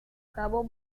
cabo